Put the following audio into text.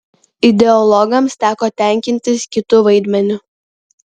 ideologams teko tenkintis kitu vaidmeniu